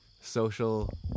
social